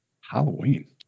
Halloween